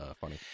funny